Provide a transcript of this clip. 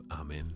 Amen